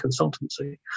consultancy